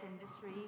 industry